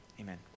amen